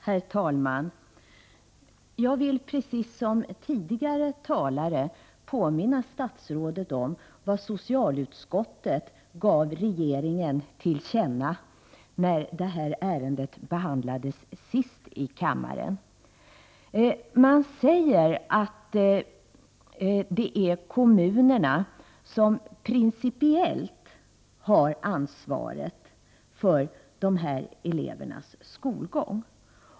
Herr talman! Jag vill, precis som tidigare talare, påminna statsrådet om vad socialutskottet gav regeringen till känna sist när det här ärendet behandlades i kammaren. Utskottet säger att det är kommunerna som principiellt har ansvaret för de här elevernas skolgång.